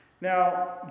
now